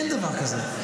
אין דבר כזה,